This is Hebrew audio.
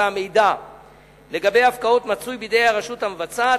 המידע לגבי הפקעות מצוי בידי הרשות המבצעת,